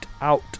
out